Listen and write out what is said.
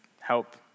help